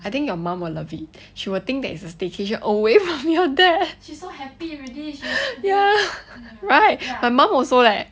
I think your mum will love it she will think that it's a staycation away from your dad she's so happy already